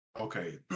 Okay